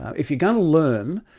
if you're going to learn,